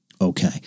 Okay